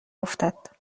افتد